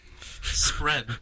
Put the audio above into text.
Spread